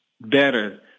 better